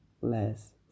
less